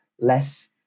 less